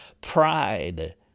pride